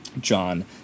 John